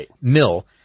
Mill